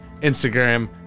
Instagram